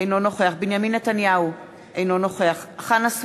אינו נוכח בנימין נתניהו, אינו נוכח חנא סוייד,